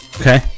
Okay